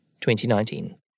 2019